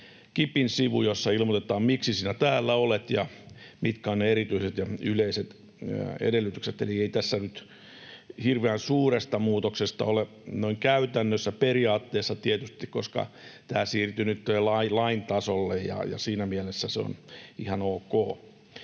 KIPin sivu, jossa ilmoitetaan, miksi sinä täällä olet ja mitkä ovat ne erityiset ja yleiset edellytykset. Eli ei tässä nyt hirveän suuresta muutoksesta ole kyse noin käytännössä — periaatteessa tietysti, koska tämä siirtyi nyt lain tasolle, ja siinä mielessä se on ihan ok.